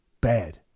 bad